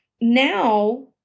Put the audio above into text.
now